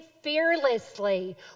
fearlessly